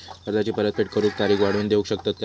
कर्जाची परत फेड करूक तारीख वाढवून देऊ शकतत काय?